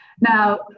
Now